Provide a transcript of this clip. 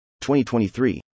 2023